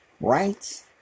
right